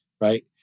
right